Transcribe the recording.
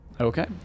Okay